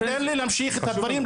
תן לי להמשיך את הדברים,